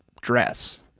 dress